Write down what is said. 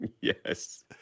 Yes